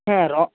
হ্যাঁ